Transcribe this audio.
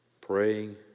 Praying